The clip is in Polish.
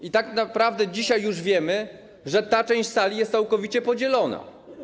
I tak naprawdę dzisiaj już wiemy, że ta część sali jest całkowicie podzielona.